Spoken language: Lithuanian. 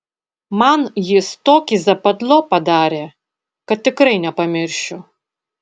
man jis tokį zapadlo padarė kad tikrai nepamiršiu